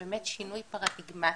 היא באמת שינוי פרדיגמטי,